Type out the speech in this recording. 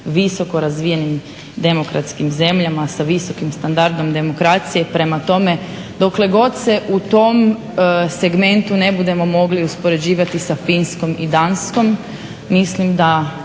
visoko razvijenim demokratskim zemljama sa visokim standardom demokracije. Prema tome, dokle god se u tom segmentu ne budemo mogli uspoređivati sa Finskom i Danskom mislim da